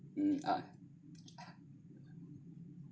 mm ah